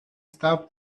stop